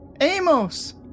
Amos